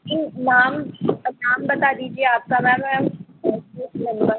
नाम नाम बता दीजिए मैंम आपका